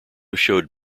showed